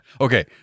Okay